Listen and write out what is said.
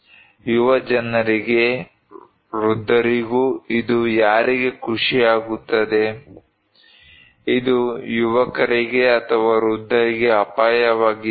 ಯುವಜನರಿಗೆ ವೃದ್ಧರಿಗೂ ಇದು ಯಾರಿಗೆ ಖುಷಿಯಾಗುತ್ತದೆ ಇದು ಯುವಕರಿಗೆ ಅಥವಾ ವೃದ್ಧರಿಗೆ ಅಪಾಯವಾಗಿದೆಯೇ